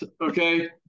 okay